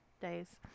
days